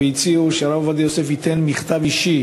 והציעו שהרב עובדיה יוסף ייתן מכתב אישי